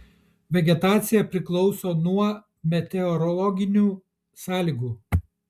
vegetacija priklauso nuo meteorologinių sąlygų